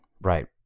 right